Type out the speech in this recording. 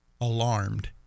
alarmed